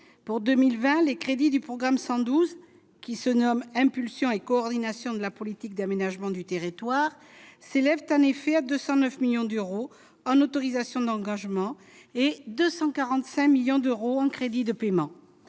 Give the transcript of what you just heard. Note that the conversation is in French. pour 2020 les crédits du programme 112 qui se nomme impulsion et coordination de la politique d'aménagement du territoire s'élève en effet à 209 millions d'euros en autorisations d'engagement et 245 millions d'euros en crédits de paiement